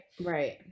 right